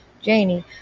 Janie